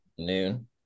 Noon